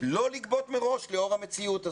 לא לגבות מראש לאור המציאות הזאת.